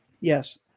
Yes